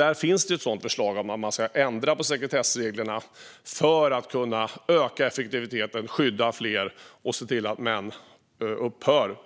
Där finns ett förslag om att ändra sekretessreglerna för att kunna öka effektiviteten, skydda fler och se till att män upphör